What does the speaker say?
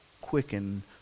quicken